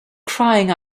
crying